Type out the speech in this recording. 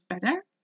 better